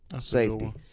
Safety